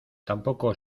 tampoco